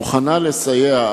מוכנה לסייע,